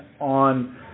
on